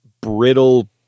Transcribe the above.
brittle